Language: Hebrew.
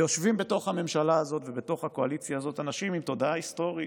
יושבים בתוך הממשלה הזאת ובתוך הקואליציה הזאת אנשים עם תודעה היסטורית,